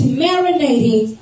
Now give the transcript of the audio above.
marinating